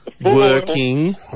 Working